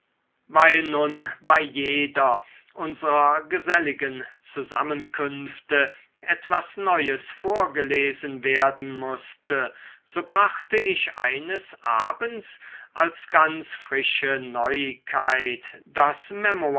weil nun bei jeder unserer geselligen zusammenkünfte etwas neues vorgelesen werden mußte so brachte ich eines abends als ganz frische neuigkeit das